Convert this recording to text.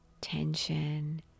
tension